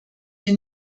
wir